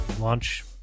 launch